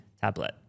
tablet